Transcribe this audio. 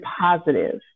positive